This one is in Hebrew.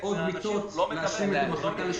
עוד מיטות כדי להשלים את המחלקה ל-36,